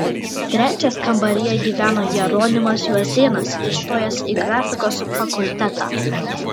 trečias kambaryje gyveno jeronimas juozėnas įstojęs į grafikos fakultetą